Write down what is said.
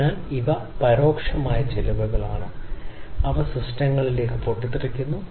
അതിനാൽ അടുത്ത ഘട്ടം വ്യക്തമായും പരാമീറ്ററുകളുടെ രൂപകൽപ്പനയാണ്